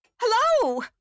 Hello